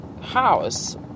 house